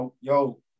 Yo